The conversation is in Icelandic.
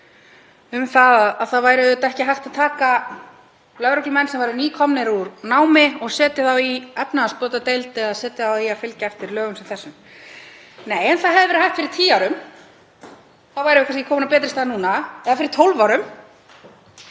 um að það væri auðvitað ekki hægt að taka lögreglumenn sem eru nýkomnir úr námi og setja þá í efnahagsbrotadeild eða setja þá í að fylgja eftir lögum sem þessum. Nei, en það hefði verið hægt fyrir tíu árum. Þá værum við kannski komin á betri stað núna, eða fyrir 12 árum,